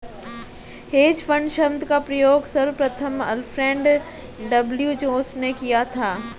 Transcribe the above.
hedge fund शब्द का प्रयोग सर्वप्रथम अल्फ्रेड डब्ल्यू जोंस ने किया था